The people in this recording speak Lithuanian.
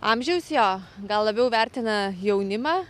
amžiaus jo gal labiau vertina jaunimą